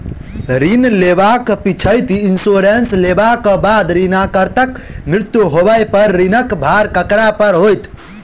ऋण लेबाक पिछैती इन्सुरेंस लेबाक बाद ऋणकर्ताक मृत्यु होबय पर ऋणक भार ककरा पर होइत?